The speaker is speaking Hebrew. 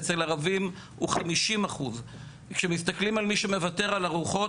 אצל ערבים הוא 50%. כשמסתכלים על מי שמוותר על ארוחות,